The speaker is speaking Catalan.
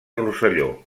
rosselló